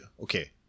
Okay